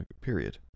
period